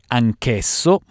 anch'esso